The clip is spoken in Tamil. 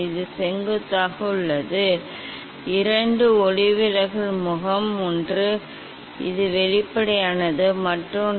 இது செங்குத்தாக உள்ளது இரண்டு ஒளிவிலகல் முகம் ஒன்று இது வெளிப்படையானது மற்றொன்று